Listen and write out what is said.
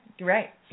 Right